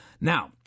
Now